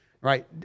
Right